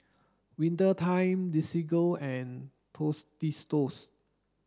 Winter Time Desigual and Tostitos